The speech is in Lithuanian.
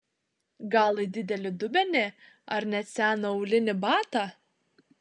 gal į didelį dubenį ar net seną aulinį batą